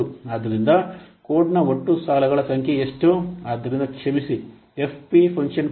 ಆದ್ದರಿಂದ ಕೋಡ್ನ ಒಟ್ಟು ಸಾಲುಗಳ ಸಂಖ್ಯೆ ಎಷ್ಟು ಆದ್ದರಿಂದ ಕ್ಷಮಿಸಿ ಎಫ್ಪಿ ಫಂಕ್ಷನ್ ಪಾಯಿಂಟ್ ಒಟ್ಟು ಸಂಖ್ಯೆ 672